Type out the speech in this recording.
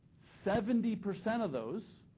seventy percent of those